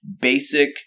basic